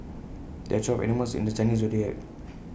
there are twelve animals in the Chinese Zodiac